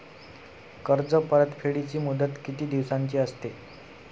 कर्ज परतफेडीची मुदत किती दिवसांची असते?